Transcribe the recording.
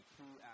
two